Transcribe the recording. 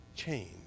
change